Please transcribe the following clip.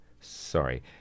sorry